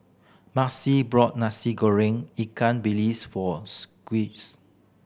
Maci bought Nasi Goreng ikan bilis for Squis